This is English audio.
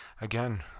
again